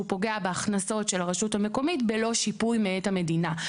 פוגע בהכנסות של הרשות המקומית בלא שיפוי מעת המדינה,